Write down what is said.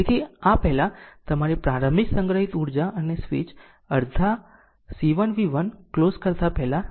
તેથી આ પહેલાં તમારી પ્રારંભિક સંગ્રહિત ઉર્જા અને સ્વીચ અડધા C 1 v 1 ક્લોઝ કરતા પહેલા 2 છે